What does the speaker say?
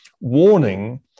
warning